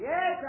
Yes